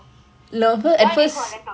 why do you call themm toxic